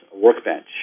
Workbench